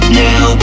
now